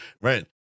Right